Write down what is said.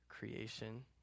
creation